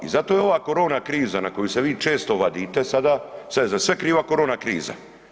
I zato je ova korona kriza na koju se vi često vadite sada, sad je za sve kriva korona kriza.